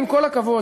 עם כל הכבוד,